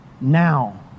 Now